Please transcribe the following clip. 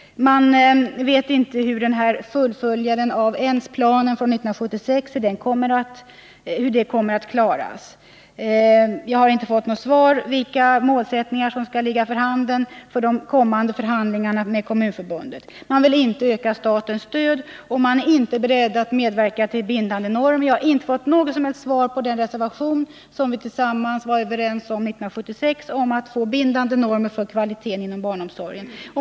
Man vet inte ens hur fullföljandet av planen från 1976 kommer att klaras. Jag har inte fått något svar på frågan vilka målsättningarna skall vara för de kommande förhandlingarna med Kommunförbundet. Man vill inte öka statens stöd, och man är inte beredd att medverka till bindande normer. Jag har inte fått något som helst svar när det gäller den reservation som vi tillsammans var överens om 1976 om bindande normer för kvaliteten inom barnomsorgen.